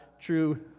true